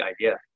idea